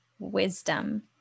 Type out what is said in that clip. wisdom